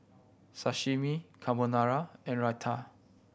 Sashimi Carbonara and Raita